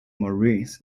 morris